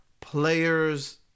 players